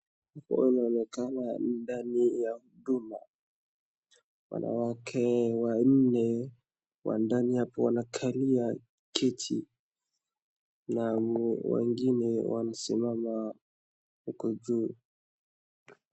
Hapa unaonekana ndani ya huduma. Wanawake wanne wa ndani hapo wanakalia kiti na wengine wanasimama huko juu.